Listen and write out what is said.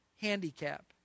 handicap